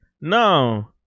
no